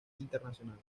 internacional